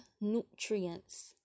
nutrients